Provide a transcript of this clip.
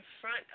front